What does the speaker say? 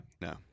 No